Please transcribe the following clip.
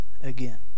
again